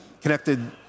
connected